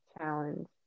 challenge